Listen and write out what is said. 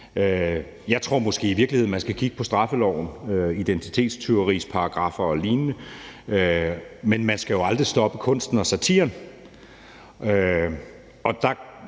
Jeg tror måske i virkeligheden, man skal kigge på straffeloven, identitetstyveriparagraffer og lignende, men man skal jo aldrig stoppe kunsten og satiren.